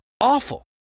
awful